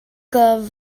que